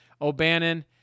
O'Bannon